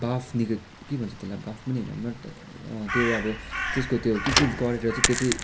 बाफ नै के भन्छ त्यसलाई बाफ पनि होइन त्यो अब त्यसको त्यसको त्यो के के गरेर चाहिँ त्यो चाहिँ